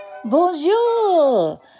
Bonjour